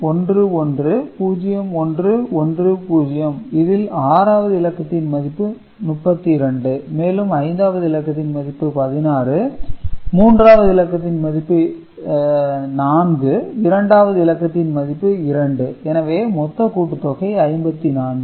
00011 0110 இதில் ஆறாவது இலக்கத்தின் மதிப்பு 32 மேலும் ஐந்தாவது இலக்கத்தின் மதிப்பு 16 மூன்றாவது இலக்கத்தின் மதிப்பு இலக்கத்தின் மதிப்பு 4 இரண்டாவது இலக்கத்தின் மதிப்பு 2 எனவே மொத்த கூட்டு தொகை 54